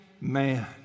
man